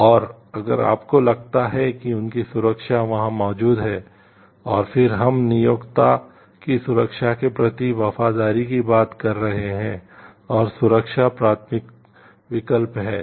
और अगर आपको लगता है कि उनकी सुरक्षा वहां मौजूद है और फिर हम नियोक्ता की सुरक्षा के प्रति वफादारी की बात कर रहे हैं और सुरक्षा प्राथमिक विकल्प है